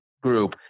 group